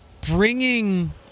bringing